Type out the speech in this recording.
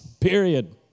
period